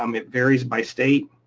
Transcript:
um it varies by state,